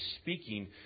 speaking